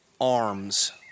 arms